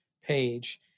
page